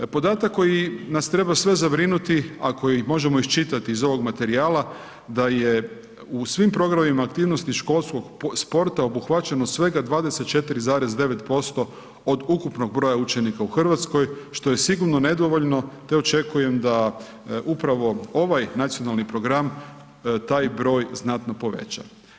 Podatak koji nas treba sve zabrinuti, a koji možemo iščitati iz ovog materijala da je u svim programima aktivnosti školskog sporta obuhvaćeno svega 24,9% od ukupnog broja učenika u Hrvatskoj, što je sigurno nedovoljno te očekujem da upravo ovaj nacionalni program taj broj znatno poveća.